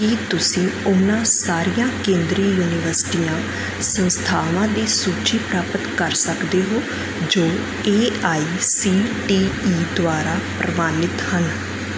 ਕੀ ਤੁਸੀਂ ਉਹਨਾਂ ਸਾਰੀਆਂ ਕੇਂਦਰੀ ਯੂਨੀਵਰਸਿਟੀਆਂ ਸੰਸਥਾਵਾਂ ਦੀ ਸੂਚੀ ਪ੍ਰਾਪਤ ਕਰ ਸਕਦੇ ਹੋ ਜੋ A I C T E ਦੁਆਰਾ ਪ੍ਰਵਾਨਿਤ ਹਨ